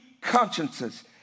consciences